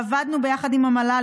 עבדנו ביחד עם המל"ל,